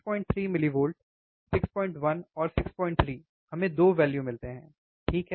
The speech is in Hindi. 63 millivolt 61 और 63 हमें 2 वैल्यु मिलते हैं ठीक है